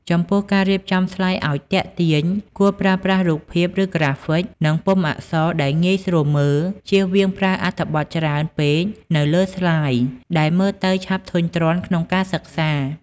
ចំពោះការរៀបចំស្លាយឱ្យទាក់ទាញ គួរប្រើប្រាស់រូបភាព ឫក្រាហ្វិក និងពុម្ពអក្សរដែលងាយស្រួលមើល ជៀសវៀងប្រើអត្ថបទច្រើនពេកនៅលើស្លាយដែលមើលទៅឆាប់ធុញទ្រាន់ក្នុងការសិក្សា។